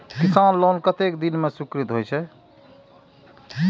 किसान लोन कतेक दिन में स्वीकृत होई छै?